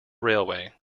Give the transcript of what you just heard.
railway